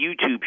YouTube